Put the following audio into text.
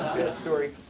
bad story.